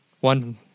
one